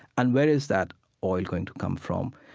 and where is that oil going to come from?